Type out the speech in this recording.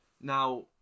Now